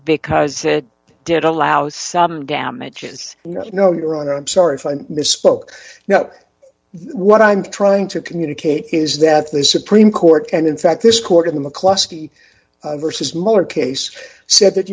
because it did allow some damages no your honor i'm sorry if i misspoke now what i'm trying to communicate is that the supreme court and in fact this court in the mccluskey vs muller case said that